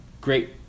great